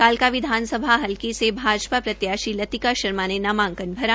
कालका विधानसभा हलका से भाजपा प्रत्याशी लतिका शर्मा ने नामांकन भरा